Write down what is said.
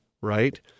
right